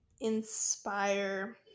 inspire